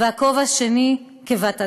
והכובע השני, כבת אדם.